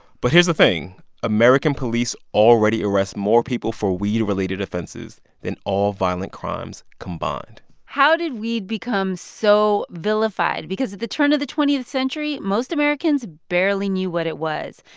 but here's the thing american police already arrest more people for weed-related offenses than all violent crimes combined how did weed become so vilified? because at the turn of the twentieth century, most americans barely knew what it was.